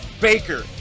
Baker